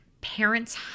parents